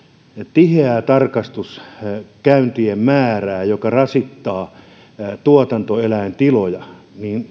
tiheää tarkastuskäyntien määrää joka rasittaa tuotantoeläintiloja